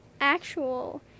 actual